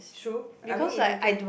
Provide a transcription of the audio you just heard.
true I mean if you can